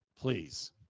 please